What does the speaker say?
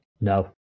No